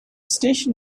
station